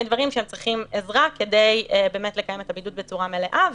דברים שהם צריכים עזרה כדי באמת לקיים את הבידוד בצורה מלאה,